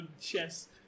chess